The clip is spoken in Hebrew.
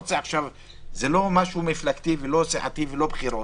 זה לא משהו מפלגתי ולא סיעתי ולא בחירות